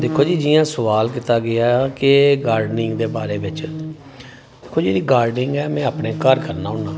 दिक्खो जी जि'यां सुआल कीता गेआ ऐ के गार्डनिंग दे बारै बेच्च दिक्खो गार्डनिंग ऐ में अपने घर करना होन्नां